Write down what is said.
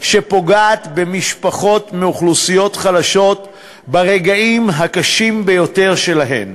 שפוגעת במשפחות מאוכלוסיות חלשות ברגעים הקשים ביותר שלהן,